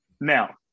Now